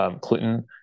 Clinton